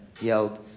yelled